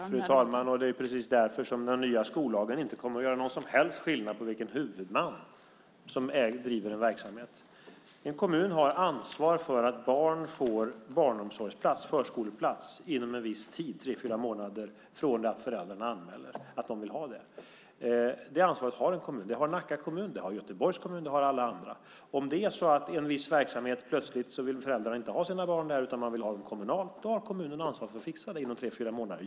Fru talman! Det är precis därför som den nya skollagen inte kommer att göra någon som helst skillnad på vilken huvudman som driver en verksamhet. En kommun har ansvar för att barn får barnomsorgsplats, förskoleplats, inom en viss tid - tre fyra månader - från det att föräldrarna anmäler att de vill ha det. Det ansvaret har en kommun. Det har Nacka kommun, det har Göteborgs kommun och det har alla andra kommuner. Om det är så att föräldrarna plötsligt inte vill ha sina barn i en viss verksamhet utan vill ha dem i en kommunal verksamhet har kommunen ansvar för att fixa det inom tre fyra månader.